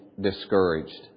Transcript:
Discouraged